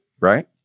Right